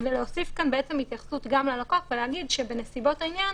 להוסיף כאן התייחסות גם ללקוח ולהגיד שבנסיבות העניין